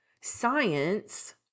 science